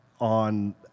on